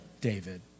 David